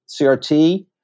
CRT